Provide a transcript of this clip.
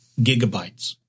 gigabytes